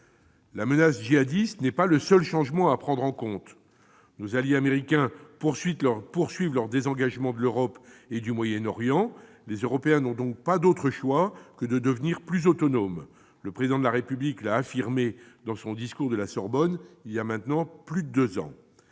La menace djihadiste n'est pas le seul changement à prendre en compte. Nos alliés Américains poursuivent leur désengagement de l'Europe et du Moyen-Orient. Les Européens n'ont donc d'autre choix que de devenir plus autonomes, comme l'a affirmé le Président de la République dans son discours de la Sorbonne, voilà maintenant plus de deux ans.